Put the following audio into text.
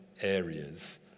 areas